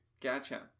Gotcha